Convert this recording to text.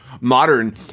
modern